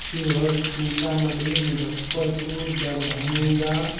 Sheohar Sitamarhi Muzaffarpur Darbhanga